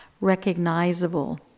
recognizable